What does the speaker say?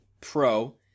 Pro